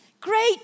great